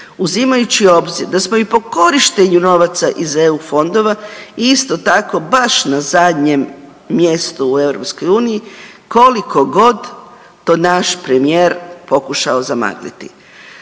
uzimajući u obzir da smo i po korištenju novaca iz EU fondova isto tako, baš na zadnjem mjestu u EU, koliko god to naš premijer pokušao zamagliti.